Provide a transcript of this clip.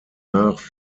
nach